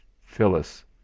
Phyllis